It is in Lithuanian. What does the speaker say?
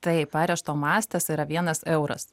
taip arešto mastas yra vienas euras